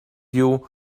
you